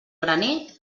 graner